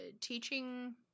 teaching